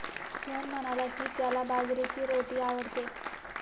सोहन म्हणाला की, त्याला बाजरीची रोटी आवडते